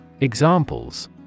Examples